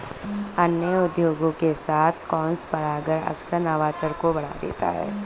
अन्य उद्योगों के साथ क्रॉसपरागण अक्सर नवाचार को बढ़ावा देता है